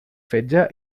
fetge